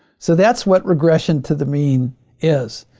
so that's what regression to the mean is.